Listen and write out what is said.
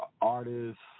artists